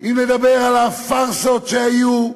אם נדבר על הפארסות שהיו,